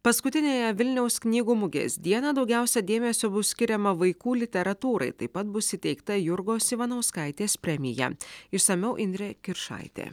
paskutiniąją vilniaus knygų mugės dieną daugiausia dėmesio bus skiriama vaikų literatūrai taip pat bus įteikta jurgos ivanauskaitės premija išsamiau indrė kiršaitė